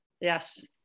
Yes